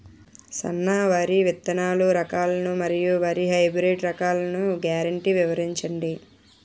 సన్న వరి విత్తనాలు రకాలను మరియు వరి హైబ్రిడ్ రకాలను గ్యారంటీ వివరించండి?